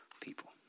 people